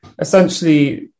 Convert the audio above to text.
Essentially